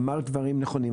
אמרת דברים נכונים.